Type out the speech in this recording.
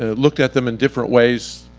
ah looked at them in different ways,